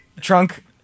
trunk